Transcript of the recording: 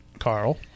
carl